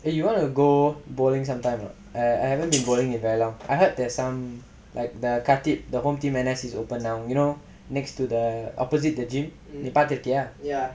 eh you wanna go bowling some time I haven't been bowling in very long I heard that some like the khatib the home team N_S is open now you know next to the opposite the gym நீ பாத்துறிக்கியா:nee paathurikkiyaa